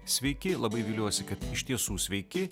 sveiki labai viliuosi kad iš tiesų sveiki